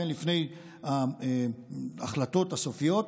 לפני ההחלטות הסופיות.